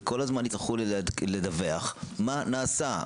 וכל הזמן יצטרכו לדווח מה נעשה.